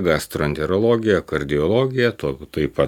gastroenterologija kardiologija to taip pat